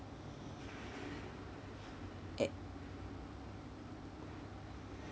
eh